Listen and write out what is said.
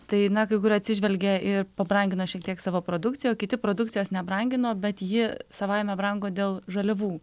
tai na kai kur atsižvelgė ir pabrangino šiek tiek savo produkciją kiti produkcijos nebrangino bet ji savaime brango dėl žaliavų